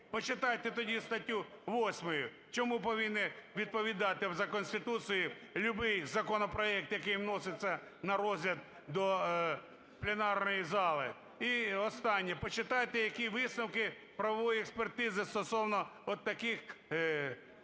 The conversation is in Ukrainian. Почитайте тоді статтю 8, чому повинен відповідати за Конституцією любий законопроект, який вноситься на розгляд до пленарної зали. І останнє. Почитайте, які висновки правової експертизи стосовно отаких ходів, які